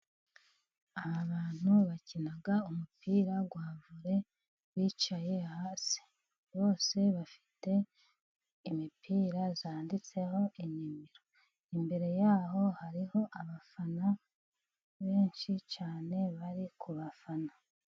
Abantu bakina umupira wa vore bicaye hasi, bose bafite imipira yanditseho inimero, imbere yaho hariho abafana benshi cyane bari ku bafana.